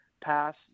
pass